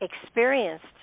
experienced